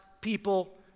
people